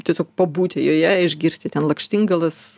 tiesiog pabūti joje išgirsti ten lakštingalas